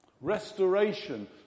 Restoration